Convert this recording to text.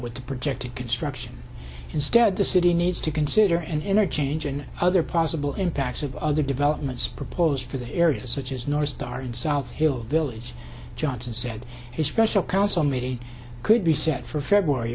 with the project construction instead the city needs to consider an interchange and other possible impacts of other developments proposed for the area such as north star and south hill village johnson said his special council meeting could be set for february